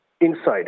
inside